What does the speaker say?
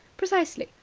precisely.